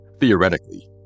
theoretically